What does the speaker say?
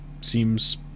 seems